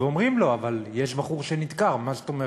ואומרים לו: אבל יש בחור שנדקר, מה זאת אומרת?